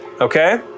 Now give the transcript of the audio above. Okay